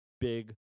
big